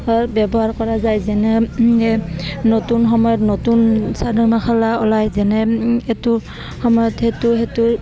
ব্যৱহাৰ কৰা যায় যেনে নতুন সময়ত নতুন চাদৰ মাখালা ওলায় যেনে এইটো সময়ত সেইটো সেইটো